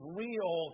real